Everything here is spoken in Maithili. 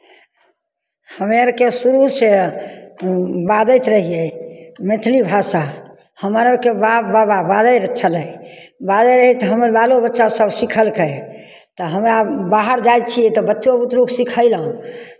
हम आरके शुरूसँ बाजैत रहियै मैथिली भाषा हम आरके बाप बाबा बाजै छलै बाजैत रहय तऽ हमर बालो बच्चासभ सिखलकै तऽ हमरा बाहर जाइ छियै तऽ बच्चो बुतरूकेँ सिखयलहुँ